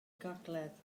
gogledd